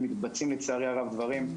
מתבצעים לצערי הרב דברים,